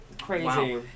Crazy